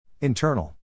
Internal